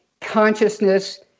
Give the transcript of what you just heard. consciousness